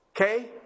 Okay